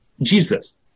Jesus